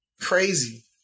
Crazy